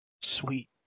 Sweet